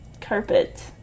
carpet